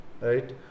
right